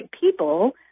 people